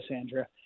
Andrea